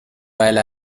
while